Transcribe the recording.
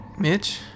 Mitch